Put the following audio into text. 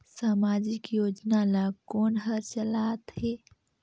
समाजिक योजना ला कोन हर चलाथ हे?